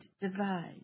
divide